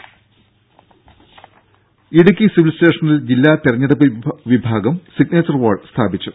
ദേദ ഇടുക്കി സിവിൽ സ്റ്റേഷനിൽ ജില്ലാ തെരഞ്ഞെടുപ്പ് വിഭാഗം സിഗ്നേച്ചർ വാൾ സ്ഥാപിച്ചു